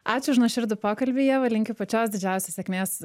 ačiū už nuoširdų pokalbį ieva linkiu pačios didžiausios sėkmės